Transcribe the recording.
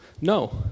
No